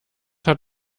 hat